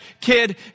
kid